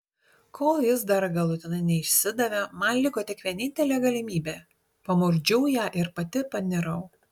kol jis dar galutinai neišsidavė man liko tik vienintelė galimybė pamurkdžiau ją ir pati panirau